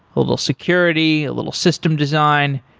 a little security, a little system design.